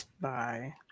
bye